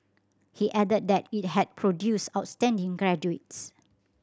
he added that it had produced outstanding graduates